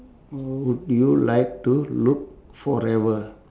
would you like to look forever